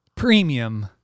premium